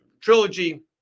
Trilogy